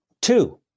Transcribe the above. Two